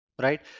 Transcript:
Right